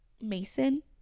mason